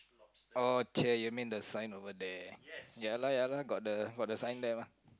oh chey you mean the sign over there ya lah ya lah got the got the sign there mah